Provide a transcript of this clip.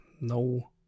no